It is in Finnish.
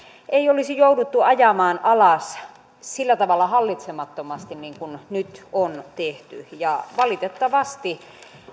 ei olisi jouduttu ajamaan alas sillä tavalla hallitsemattomasti niin kuin nyt on tehty valitettavasti